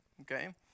okay